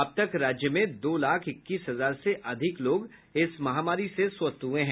अब तक राज्य में दो लाख इक्कीस हजार से अधिक लोग इस महामारी से स्वस्थ हुए हैं